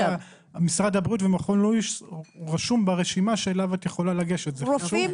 זה רופא